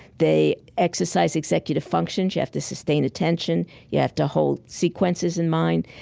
they exercise executive functions. you have to sustain attention you have to hold sequences in mind.